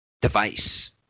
device